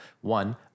one